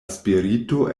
spirito